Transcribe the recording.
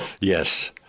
Yes